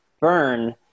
Burn